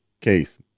case